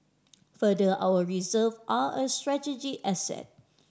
further our reserve are a strategic asset